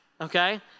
okay